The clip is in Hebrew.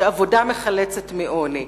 שעבודה מחלצת מעוני.